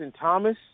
Thomas